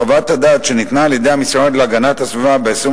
חוות הדעת שניתנה על-ידי המשרד להגנת הסביבה ב-26